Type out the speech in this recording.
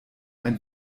ein